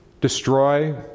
destroy